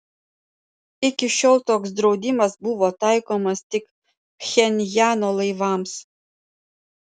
iki šiol toks draudimas buvo taikomas tik pchenjano laivams